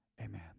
amen